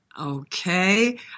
okay